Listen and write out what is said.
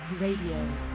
Radio